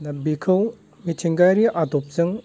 दा बिखौ मिथिंगायारि आदबजों